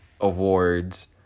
awards